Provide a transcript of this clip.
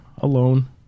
alone